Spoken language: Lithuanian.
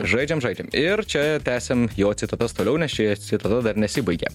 žaidžiam žaidžiam ir čia tęsiam jo citatas toliau nes ši citata dar nesibaigia